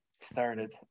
started